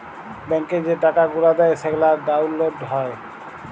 ব্যাংকে যে টাকা গুলা দেয় সেগলা ডাউল্লড হ্যয়